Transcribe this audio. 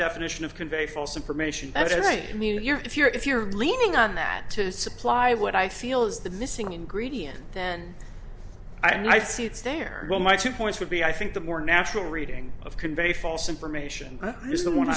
definition of convey false information as a community or if you're if you're leaning on that to supply what i feel is the missing ingredient then i say it's there well my two points would be i think the more natural reading of convey false information is the one